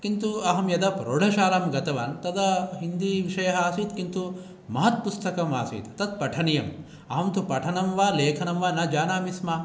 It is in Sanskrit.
किन्तु अहं यदा प्रौढशालां गतवान् तदा हिन्दी विषय आसीत् किन्तु महत् पुस्तकं आसीत् तत् पठनीम् अहं तु पठनं वा लेखनं वा न जानामि स्म